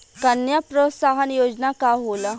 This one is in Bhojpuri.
कन्या प्रोत्साहन योजना का होला?